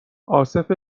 عاصف